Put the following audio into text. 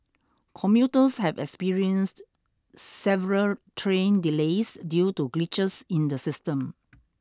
commuters have experienced several train delays due to glitches in the system